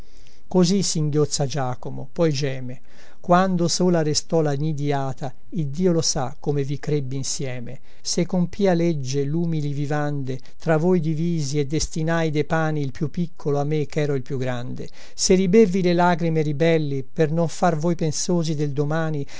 così singhiozza giacomo poi geme quando sola restò la nidïata iddio lo sa come vi crebbi insieme se con pia legge lumili vivande tra voi divisi e destinai de pani il più piccolo a me chero il più grande se ribevvi le lagrime ribelli per non far voi pensosi del domani